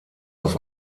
auf